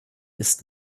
ist